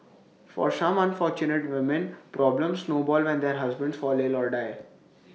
for some unfortunate women problems snowball when their husbands fall ill or die